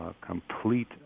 complete